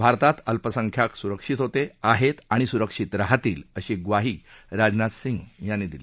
भारतात अल्पसंख्याक सुरक्षित होते आहेत आणि सुरक्षित राहतील अशी ग्वाही राजनाथ सिंह यांनी दिली